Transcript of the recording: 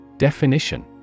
Definition